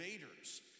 invaders